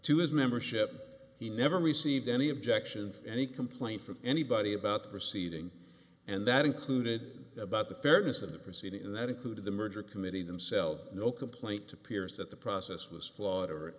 to his membership he never received any objection from any complaint from anybody about the proceeding and that included about the fairness of the proceeding and that included the merger committing themselves no complaint to peers that the process was flawed or